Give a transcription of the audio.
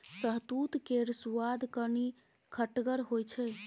शहतुत केर सुआद कनी खटगर होइ छै